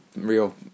real